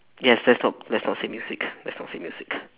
yes let's not let's not say music let's not say music